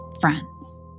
friends